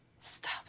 stop